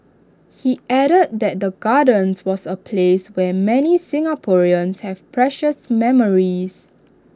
he added that the gardens was A place where many Singaporeans have precious memories